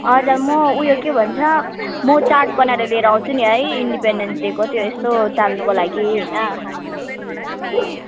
हजुर म उयो के भन्छ म चार्ट बनाएर लिएर आउँछु नि है इन्डिपेन्डेन्स डेको त्यो यसो टाल्नुको लागि होइन